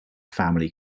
family